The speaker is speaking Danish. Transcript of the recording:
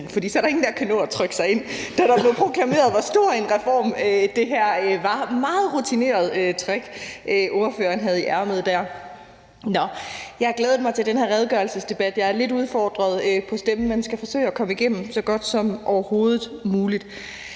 for så er der ingen, der kan nå at trykke sig ind, når der bliver proklameret, hvor stor en reform det her er. Det var et meget rutineret trick, ordføreren havde i ærmet der. Nå, jeg har glædet mig til den her redegørelsesdebat. Jeg er lidt udfordret på stemmen, men skal forsøge at komme igennem så godt som overhovedet muligt.